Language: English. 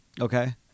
Okay